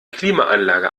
klimaanlage